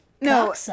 no